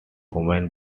human